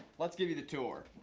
let's give you the tour.